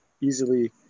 easily